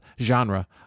genre